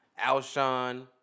Alshon